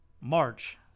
March